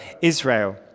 Israel